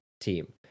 team